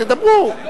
תדברו,